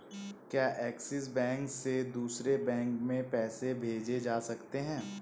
क्या Axis bank से दूसरे बैंक में पैसे भेजे जा सकता हैं?